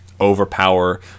overpower